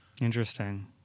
Interesting